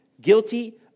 Guilty